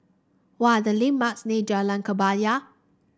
what are the landmarks near Jalan Kebaya